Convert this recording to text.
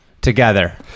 together